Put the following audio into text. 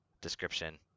description